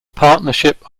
partnership